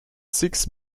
six